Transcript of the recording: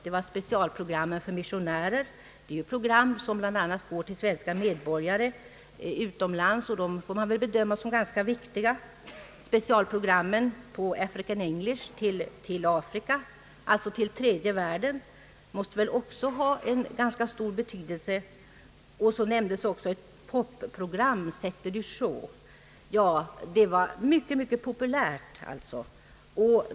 Det var specialprogrammet för missionärer — ett program som bl.a. gick till svenska medborgare utomlands och som väl får bedömas som ganska viktigt. Vidare gällde det specialprogrammen på african-english till Afrika, alltså till tredje världen, och de måste väl också ha ganska stor betydelse. Slutligen nämndes ett pop-program, nämligen Saturday Show, vilket var mycket populärt.